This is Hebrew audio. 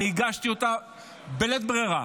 אני הגשתי אותה בלית ברירה.